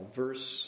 verse